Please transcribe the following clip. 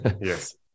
Yes